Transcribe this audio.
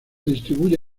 distribuye